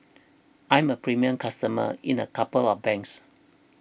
I'm a premium customer in a couple of banks